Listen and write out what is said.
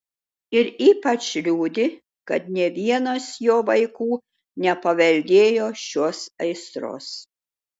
ir ypač liūdi kad nė vienas jo vaikų nepaveldėjo šios aistros